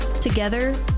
Together